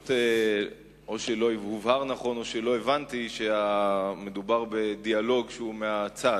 או שלא הובהר נכון או שלא הבנתי שמדובר בדיאלוג שהוא מהצד.